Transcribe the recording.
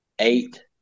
eight